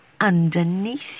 underneath